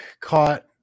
caught